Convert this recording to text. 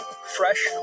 Fresh